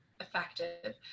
effective